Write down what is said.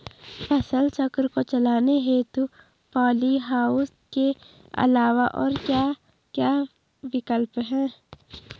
फसल चक्र को चलाने हेतु पॉली हाउस के अलावा और क्या क्या विकल्प हैं?